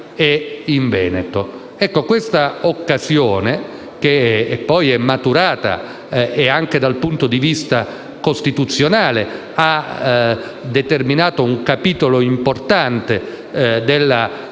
Veneto. Questa occasione, che poi è maturata e anche dal punto di vista costituzionale ha determinato un capitolo importante nello